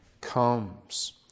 comes